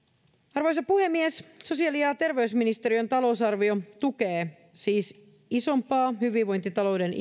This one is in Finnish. arvoisa puhemies sosiaali ja terveysministeriön talousarvio tukee siis isompaa hyvinvointitalouden